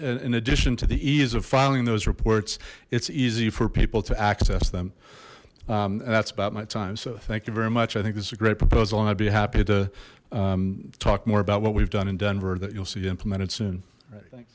that in addition to the ease of filing those reports it's easy for people to access them and that's about my time so thank you very much i think this is a great proposal and i'd be happy to talk more about what we've done in denver that you'll see implemented soon